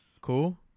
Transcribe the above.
cool